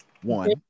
One